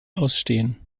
ausstehen